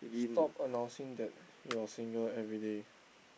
stop announcing that you are single everyday